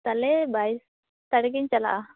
ᱛᱟᱦᱚᱞᱮ ᱵᱟᱭᱤᱥ ᱛᱟᱹᱨᱤᱠᱷᱤᱧ ᱪᱟᱞᱟᱜᱼᱟ